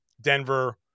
Denver